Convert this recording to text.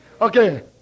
Okay